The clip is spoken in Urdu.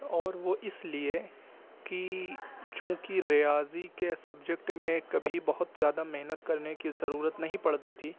اور وہ اس لیے کہ چونکہ ریاضی کے سبجیکٹ میں کبھی بہت زیادہ محنت کرنے کی ضرورت نہیں پڑتی تھی